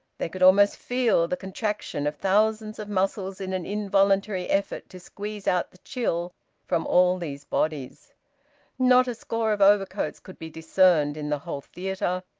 they could almost feel the contraction of thousands of muscles in an involuntary effort to squeeze out the chill from all these bodies not a score of overcoats could be discerned in the whole theatre,